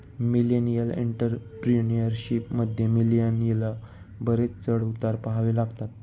millennial entrepreneurship मध्ये, मिलेनियलना बरेच चढ उतार पहावे लागतात